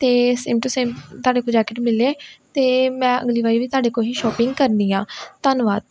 ਅਤੇ same to same ਤੁਹਾਡੇ ਕੋਲ ਜੈਕਟ ਮਿਲੇ ਅਤੇ ਮੈਂ ਅਗਲੀ ਵਾਰੀ ਵੀ ਤੁਹਾਡੇ ਕੋਲ ਹੀ ਸ਼ੋਪਿੰਗ ਕਰਨੀ ਆ ਧੰਨਵਾਦ